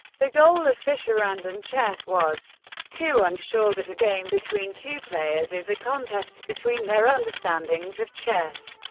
the goal of fischerandom chess was to ensure that a game between two players is a contest between their understandings of chess,